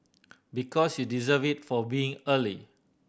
because you deserve it for being early